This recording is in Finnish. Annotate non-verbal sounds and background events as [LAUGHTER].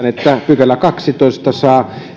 [UNINTELLIGIBLE] että kahdestoista pykälä saa